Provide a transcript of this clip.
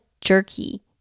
jerky